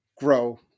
Grow